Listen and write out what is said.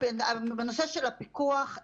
בנושא של הפיקוח,